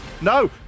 No